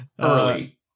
early